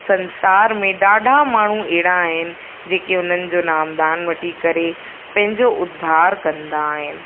संसार में ॾाढा माण्हू अहिड़ा आहिनि जेके उन्हनि जो नाम दान वठी करे पंहिंजो उधार कंदा आहिनि